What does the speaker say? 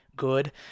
good